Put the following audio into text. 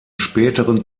späteren